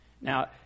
Now